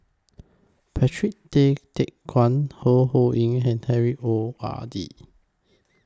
Patrick Tay Teck Guan Ho Ho Ying and Harry O R D